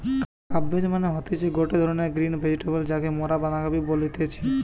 cabbage মানে হতিছে গটে ধরণকার গ্রিন ভেজিটেবল যাকে মরা বাঁধাকপি বলতেছি